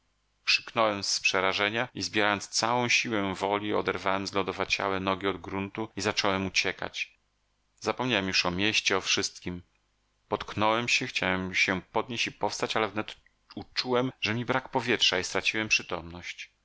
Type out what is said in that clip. krzyknąłem z przerażenia i zbierając całą silę woli oderwałem zlodowaciałe nogi od gruntu i zacząłem uciekać zapomniałem już o mieście o wszystkiem potknąłem się chciałem się podnieść i powstać ale wnet uczułem że mi brak powietrza i straciłem przytomność